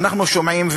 אנחנו שומעים,